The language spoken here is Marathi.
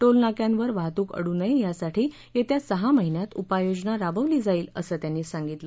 टोलनाक्यांवर वाहतूक अडू नये यासाठी येत्या सहा महिन्यात उपाययोजना राबवली जाईल असं त्यांनी सांगितलं